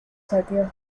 saqueos